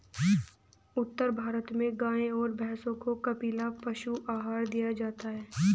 उत्तर भारत में गाय और भैंसों को कपिला पशु आहार दिया जाता है